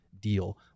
deal